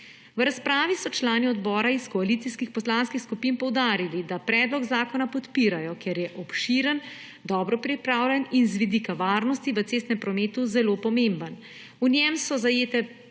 V razpravi so člani odbora iz koalicijskih poslanskih skupin poudarili, da predlog zakona podpirajo, ker je obširen, dobro pripravljen in z vidika varnosti v cestnem prometu zelo pomemben. V njem so zajete